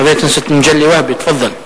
חבר הכנסת מגלי והבה, תפאדל.